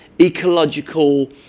ecological